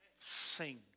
Sing